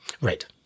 Right